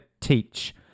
Teach